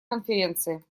конференции